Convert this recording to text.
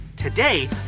Today